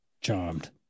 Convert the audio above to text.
charmed